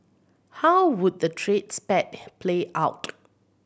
how would the trade spat play out